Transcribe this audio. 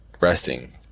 resting